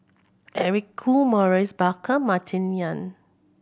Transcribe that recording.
Eric Khoo Maurice Baker Martin Yan